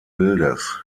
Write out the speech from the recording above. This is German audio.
bildes